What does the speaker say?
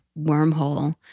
wormhole